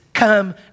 Come